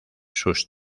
sus